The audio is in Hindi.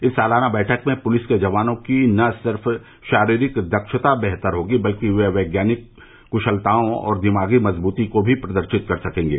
इस सालाना बैठक में पुलिस के जवानों की न सिर्फ शारीरिक दक्षता बेहतर होगी बल्कि ये अपनी वैज्ञानिक कूशलताओँ और दिमागी मजबूती को भी प्रदर्शित कर सकेंगे